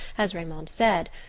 as raymond said,